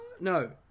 No